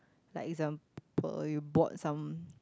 like example you bought some